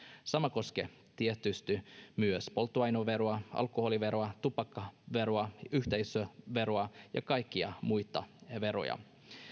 sama koskee tietysti myös polttoaineveroa alkoholiveroa tupakkaveroa yhteisöveroa ja kaikkia muita veroja